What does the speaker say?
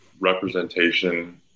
representation